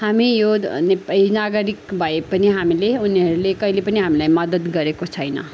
हामी यो द नेप् नागरिक भए पनि हामीले उनीहरूले कहिले पनि हामीलाई मद्दत गरेको छैन